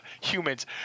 humans